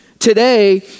Today